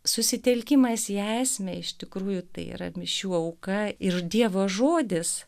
susitelkimas į esmę iš tikrųjų tai yra mišių auka ir dievo žodis